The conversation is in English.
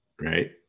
Right